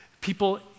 people